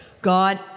God